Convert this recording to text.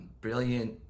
brilliant